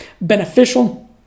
beneficial